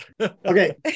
Okay